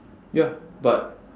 ya but